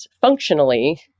functionally